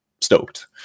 stoked